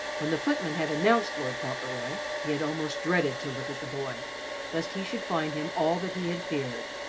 when the footman had announced lord fauntleroy, he had almost dreaded to look at the boy lest he should find him all that he had feared.